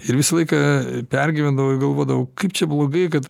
ir visą laiką pergyvendavau ir galvodavau kaip čia blogai kad